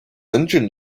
engine